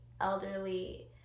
elderly